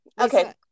Okay